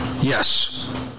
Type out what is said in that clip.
Yes